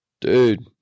Dude